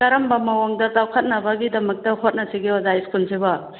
ꯀꯔꯝꯕ ꯃꯑꯣꯡꯗ ꯆꯥꯎꯈꯠꯅꯕꯒꯤꯗꯃꯛꯇ ꯍꯣꯠꯅꯁꯤꯒꯦ ꯑꯣꯖꯥ ꯁ꯭ꯀꯨꯜꯁꯤꯕꯣ